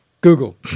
Google